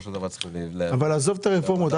עזוב את הרפורמות,